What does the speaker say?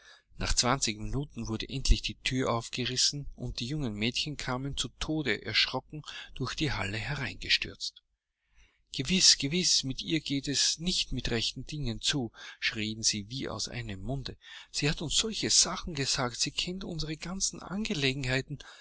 nach zwanzig minuten wurde endlich die thür aufgerissen und die jungen mädchen kamen zu tode erschrocken durch die halle hereingestürzt gewiß gewiß mit ihr geht es nicht mit rechten dingen zu schrien sie wie aus einem munde sie hat uns solche sachen gesagt sie kennt unsere ganzen angelegenheiten